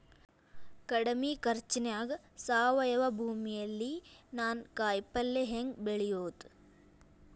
ಕಡಮಿ ಖರ್ಚನ್ಯಾಗ್ ಸಾವಯವ ಭೂಮಿಯಲ್ಲಿ ನಾನ್ ಕಾಯಿಪಲ್ಲೆ ಹೆಂಗ್ ಬೆಳಿಯೋದ್?